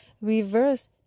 reverse